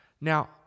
Now